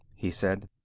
he said.